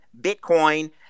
Bitcoin